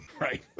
Right